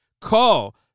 Call